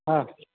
हँ